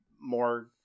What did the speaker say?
more